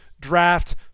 draft